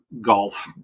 golf